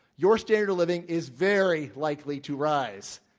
your standard of living is very likely to rise.